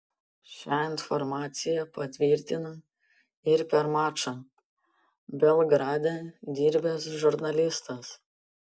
šią informacija patvirtino ir per mačą belgrade dirbęs žurnalistas